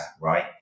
right